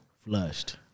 Flushed